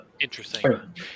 Interesting